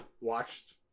watched